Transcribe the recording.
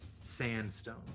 sandstone